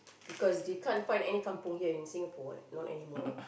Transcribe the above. because you can't find any kampung here in Singapore not anymore